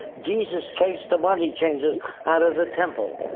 jesus chased the money changers out of the temple.